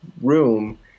room